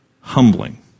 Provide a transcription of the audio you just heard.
humbling